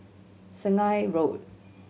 Sungei Road